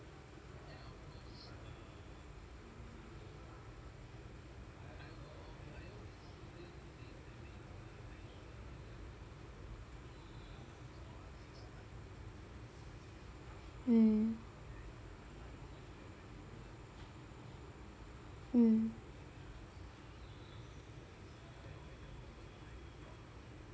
mm mm